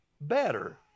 better